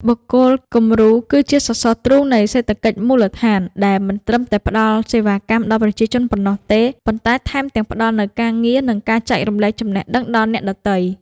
បុគ្គលគំរូគឺជាសសរទ្រូងនៃសេដ្ឋកិច្ចមូលដ្ឋាន ដែលមិនត្រឹមតែផ្ដល់សេវាកម្មដល់ប្រជាជនប៉ុណ្ណោះទេ ប៉ុន្តែថែមទាំងផ្ដល់នូវការងារ និងការចែករំលែកចំណេះដឹងដល់អ្នកដទៃ។